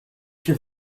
się